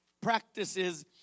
practices